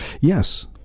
Yes